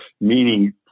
meaning